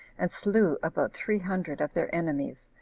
and slew about three hundred of their enemies,